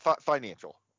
financial